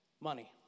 money